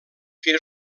que